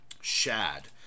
Shad